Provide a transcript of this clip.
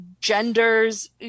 genders